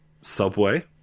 Subway